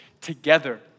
together